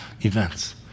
events